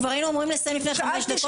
היינו אמורים לסיים כבר לפני חמש דקות.